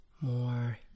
more